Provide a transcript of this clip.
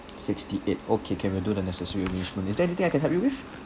sixty eight okay can we'll do the necessary arrangement is there anything I can help you with